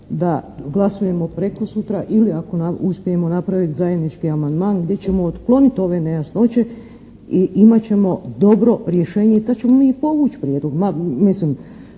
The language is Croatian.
da glasujemo prekosutra ili ako uspijemo napraviti zajednički amandman gdje ćemo otkloniti ove nejasnoće i imat ćemo dobro rješenje da ćemo mi i povuć' prijedlog.